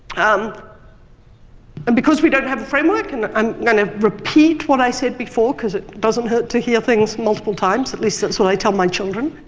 um and because we don't have a framework, and i'm going to repeat what i said before because it doesn't hurt to hear things multiple times at least that's what i tell my children